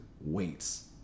weights